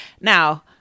now